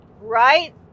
Right